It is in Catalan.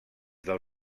del